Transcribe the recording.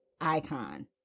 icon